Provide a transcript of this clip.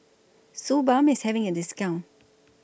Suu Balm IS having A discount